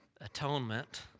atonement